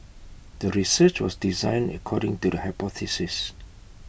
the research was designed according to the hypothesis